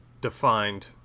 defined